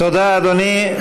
תודה, אדוני.